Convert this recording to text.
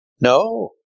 No